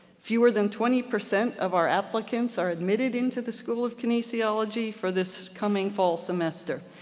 fewer than twenty percent of our applicants are admitted into the school of kinesiology for this coming fall semester,